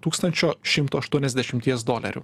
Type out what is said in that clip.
tūkstančio šimto aštuoniasdešimties dolerių